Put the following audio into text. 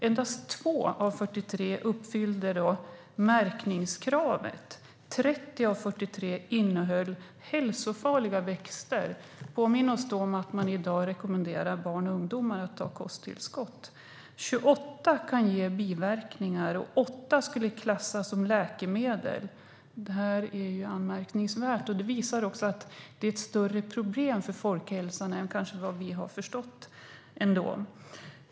Endast 2 av 43 uppfyllde märkningskravet. 30 av 43 innehöll hälsofarliga växter. Vi kan då påminna oss om att man i dag rekommenderar barn och ungdomar att ta kosttillskott. 28 kunde ge biverkningar. 8 skulle klassas som läkemedel. Det är anmärkningsvärt. Det visar också att det kanske är ett större problem för folkhälsan än vad vi har förstått.